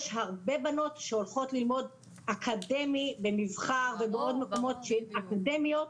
יש הרבה בנות שהולכות ללמוד אקדמי ב'מבחר' ובעוד מקומות אקדמיים,